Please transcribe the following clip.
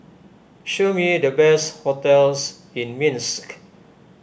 show me the best hotels in Minsk